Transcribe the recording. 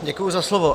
Děkuji za slovo.